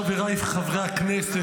חבריי חברי הכנסת,